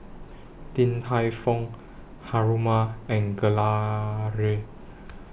Din Tai Fung Haruma and Gelare